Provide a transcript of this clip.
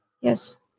Yes